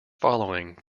following